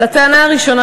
על הטענה הראשונה,